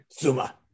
Zuma